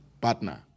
partner